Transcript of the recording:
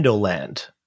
Land